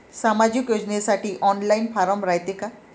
सामाजिक योजनेसाठी online form रायते का?